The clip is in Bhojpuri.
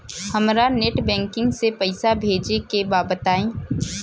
हमरा नेट बैंकिंग से पईसा भेजे के बा बताई?